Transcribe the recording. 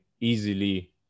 easily